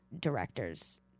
directors